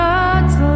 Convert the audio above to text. God's